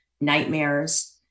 nightmares